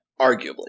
Arguably